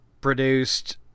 produced